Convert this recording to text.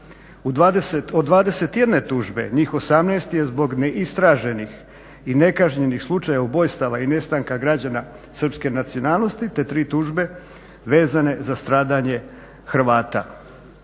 Od 21 tužbe njih 18 je zbog neistraženih i nekažnjenih slučajeva ubojstava i nestanka građana srpske nacionalnosti te 3 tužbe vezano za stradanje Hrvata.